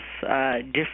different